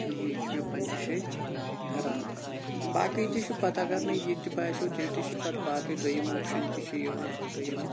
یی چھُ مےٚ پَننہِ شیٚیہِ ایراد باقی تہِ چھُ پَتہٕ اَگر نے یہِ تہِ باسیو تیٚلہ تہِ چھِ پَتہٕ باقی دویِم آپشَن تہِ چھُ یِوان دویِم